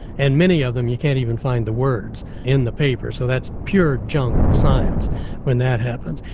and many of them you can't even find the words in the paper, so that's pure junk science when that happens.